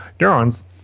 neurons